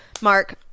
Mark